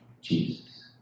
Jesus